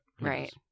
right